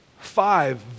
Five